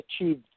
achieved